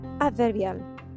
adverbial